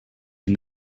you